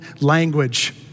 language